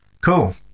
Cool